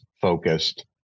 focused